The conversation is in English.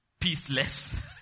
peaceless